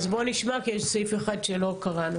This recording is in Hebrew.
אז בוא נשמע, כי יש סעיף אחד שלא קראנו.